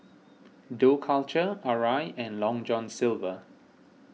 Dough Culture Arai and Long John Silver